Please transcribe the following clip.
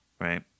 right